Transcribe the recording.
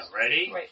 Ready